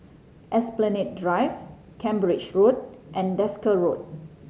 Esplanade Drive Cambridge Road and Desker Road